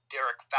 Derek